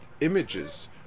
images